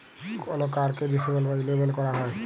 call কাড়কে disable বা enable ক্যরা যায়